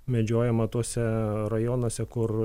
medžiojama tuose rajonuose kur